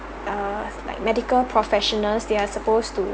err like medical professionals they are supposed to